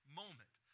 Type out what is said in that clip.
moment